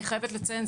אני חייבת לציין,